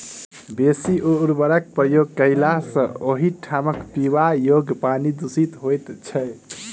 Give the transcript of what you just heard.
बेसी उर्वरकक प्रयोग कयला सॅ ओहि ठामक पीबा योग्य पानि दुषित होइत छै